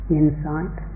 insight